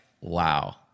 wow